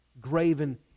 graven